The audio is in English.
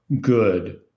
good